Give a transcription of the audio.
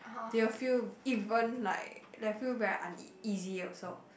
they will feel even like they will feel very unea~ easy also